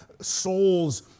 Souls